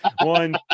One